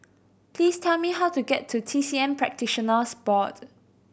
please tell me how to get to T C M Practitioners Board